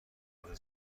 تحول